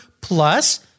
plus